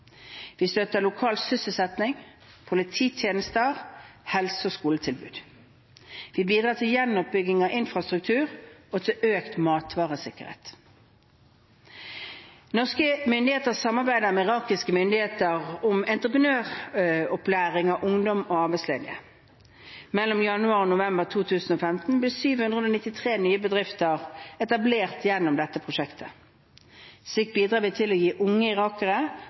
Vi støtter lokal sysselsetting, polititjenester og helse- og skoletilbud. Vi bidrar til å gjenoppbygge infrastruktur og til økt matvaresikkerhet. Norske myndigheter samarbeider med irakiske myndigheter om entreprenøropplæring av ungdom og arbeidsledige. Mellom januar og november 2015 ble 793 nye bedrifter etablert gjennom dette prosjektet. Slik bidrar vi til å gi unge irakere